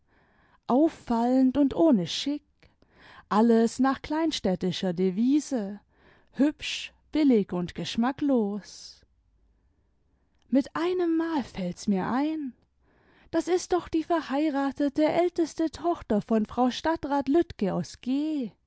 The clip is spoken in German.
auffallend und ohne schick alles nach kleinstädtischer devise hübsch billig und geschmacklos mit einemmal fällt mir's einl das ist doch die verheiratete älteste tochter von frau stadtrat lütke aus g